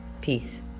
Peace